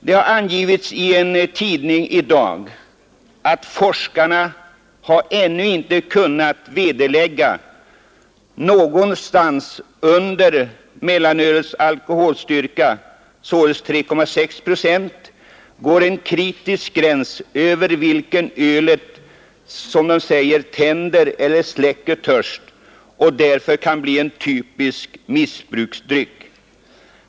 En tidning uppger i dag att forskarna ännu inte har kunnat vederlägga att någonstans under mellanölets alkoholstyrka, 3,6 viktprocent, går en kritisk gräns över vilken ölet tänder eller släcker törst och därför kan bli en typisk missbruksdryck.